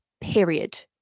period